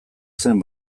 zen